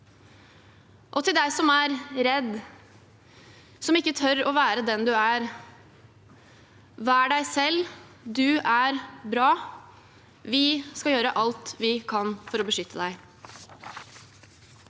Til deg som er redd, som ikke tør å være den du er: Vær deg selv, du er bra. Vi skal gjøre alt vi kan for å beskytte deg.